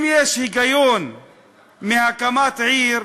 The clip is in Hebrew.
אם יש היגיון בהקמת עיר,